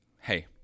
hey